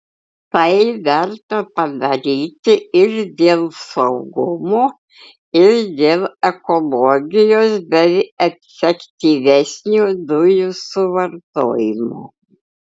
tai verta padaryti ir dėl saugumo ir dėl ekologijos bei efektyvesnio dujų suvartojimo